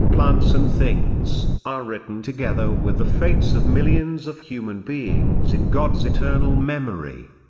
plants and things are written together with the fates of millions of human beings in god's eternal memory.